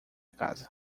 casa